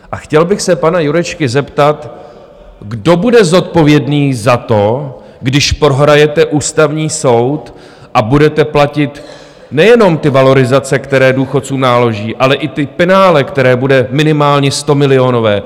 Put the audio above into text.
A chtěl bych se pana Jurečky zeptat, kdo bude zodpovědný za to, když prohrajete Ústavní soud a budete platit nejenom ty valorizace, které důchodcům náleží, ale i penále, které bude minimálně stomilionové?